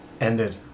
ended